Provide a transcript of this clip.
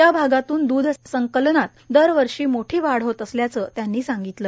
या भागातून द्रध संकलनात दरवर्षी मोठी वाढ होत असल्याचं त्यांनी सांगितलं